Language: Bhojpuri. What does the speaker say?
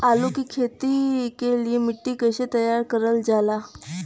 आलू की खेती के लिए मिट्टी कैसे तैयार करें जाला?